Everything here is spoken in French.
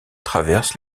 traverse